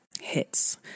hits